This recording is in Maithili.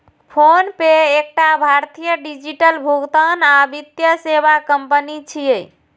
फोनपे एकटा भारतीय डिजिटल भुगतान आ वित्तीय सेवा कंपनी छियै